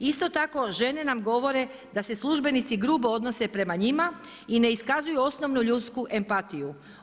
Isto tako, žene nam govore da se službenici grubo odnose prema njima i ne iskazuju osnovnu ljudsku empatiju.